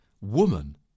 Woman